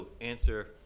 answer